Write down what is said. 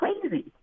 crazy